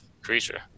Creature